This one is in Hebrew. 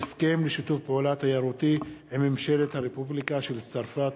הסכם לשיתוף פעולה תיירותי עם ממשלת הרפובליקה של צרפת.